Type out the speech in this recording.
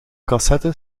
cassette